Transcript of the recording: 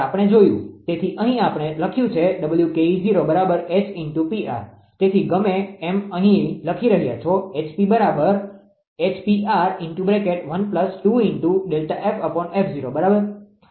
તેથી અહીં આપણે લખ્યું છે બરાબર 𝐻 × 𝑃𝑟 તેથી ગમે એમ અહીં લખી રહ્યાં છો 𝐻𝑃 બરાબર બરાબર